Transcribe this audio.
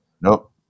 Nope